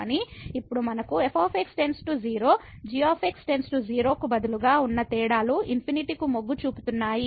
కానీ ఇప్పుడు మనకు f →0 g →0 కు బదులుగా ఉన్న తేడాలు ∞ కు మొగ్గు చూపుతున్నాయి